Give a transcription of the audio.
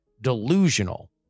delusional